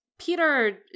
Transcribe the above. Peter